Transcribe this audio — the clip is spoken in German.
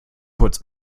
kurz